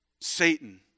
Satan